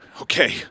Okay